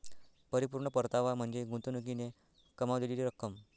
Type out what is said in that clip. परिपूर्ण परतावा म्हणजे गुंतवणुकीने कमावलेली रक्कम